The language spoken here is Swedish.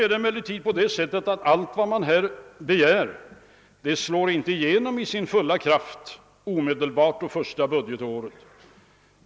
Nu slår emellertid inte allt vad man begär igenom med sin fulla kraft omedelbart under det första budgetåret.